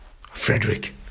Frederick